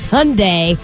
Sunday